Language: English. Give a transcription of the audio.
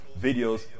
videos